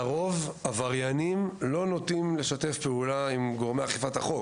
שלרוב עבריינים לא נוטים לשתף פעולה עם גורמי אכיפת החוק.